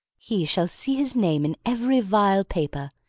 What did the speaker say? he shall see his name in every vile paper,